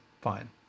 fine